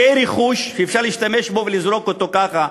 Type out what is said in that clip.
כאל רכוש שאפשר להשתמש בו ולזרוק אותו, ככה,